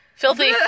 Filthy